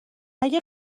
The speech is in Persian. اگه